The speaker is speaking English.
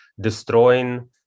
destroying